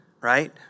right